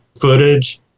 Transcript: footage